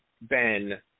Ben